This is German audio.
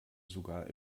sogar